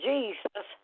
Jesus